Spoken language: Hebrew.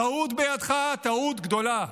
טעות בידך, טעות גדולה,